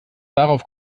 darauf